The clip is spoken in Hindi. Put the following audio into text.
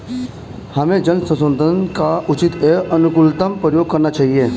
हमें जल संसाधनों का उचित एवं अनुकूलतम प्रयोग करना चाहिए